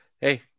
hey